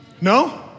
No